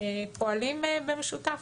פועלים במשותף.